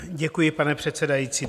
Děkuji, pane předsedající.